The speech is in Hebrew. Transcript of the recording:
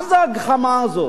מה זו הגחמה הזאת?